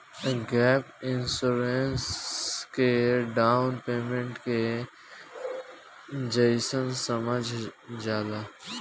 gap insurance के down payment के जइसन समझल जाला